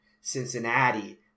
Cincinnati